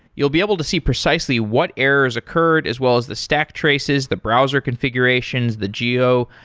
you'll be able to see precisely what errors occurred as well as the stack traces, the browser configurations, the geo,